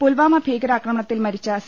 പുൽവാമ ഭീകരാ ക്രമണത്തിൽ മരിച്ച സി